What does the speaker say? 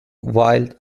wilde